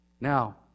Now